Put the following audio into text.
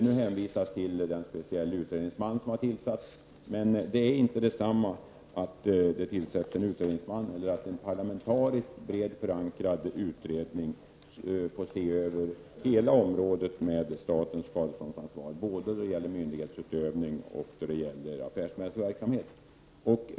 Nu hänvisas det till den speciella utredningsman som har tillsatts, men att tillsätta en utredningsman är inte detsamma som att låta en parlamentarisk, brett förankrad utredning se över hela området vad gäller statens skadeståndsansvar, både i fråga om myndighetsutövning och affärsmässig verksamhet.